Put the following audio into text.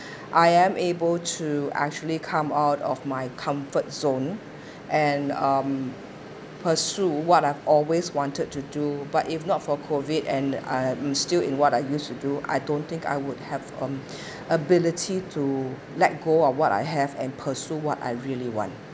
I am able to actually come out of my comfort zone and um pursue what I've always wanted to do but if not for COVID and I'm still in what I used to do I don't think I would have um ability to let go of what I have and pursue what I really want